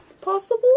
possible